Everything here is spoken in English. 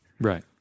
Right